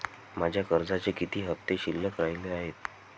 माझ्या कर्जाचे किती हफ्ते शिल्लक राहिले आहेत?